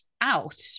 out